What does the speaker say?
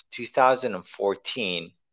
2014